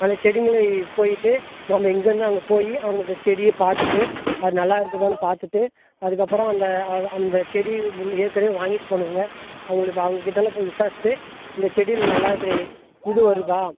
அந்த செடிங்களை போய்விட்டு நம்ம இங்கேந்து அங்கே போய் அந்த செடியை பார்த்துட்டு அது நல்லா இருக்குதான்னு பார்த்துட்டு அதுக்கப்புறம் அந்த அந்த செடி ஏற்கனவே வாங்கிவிட்டு போனவங்க அவங்களுக்கு அவங்க கிட்டேலாம் போய் விசாரிச்சுட்டு இந்த செடியில் நல்லா இப்படி இது வருதா